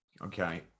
Okay